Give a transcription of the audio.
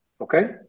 Okay